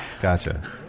Gotcha